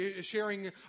sharing